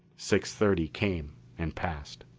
six-thirty came and passed.